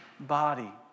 body